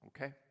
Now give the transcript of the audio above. Okay